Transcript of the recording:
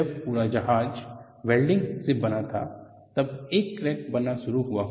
जब पूरा जहाज वेल्डिंग से बना था तब एक क्रैक बनना शुरू हुआ